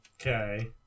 Okay